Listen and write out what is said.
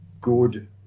good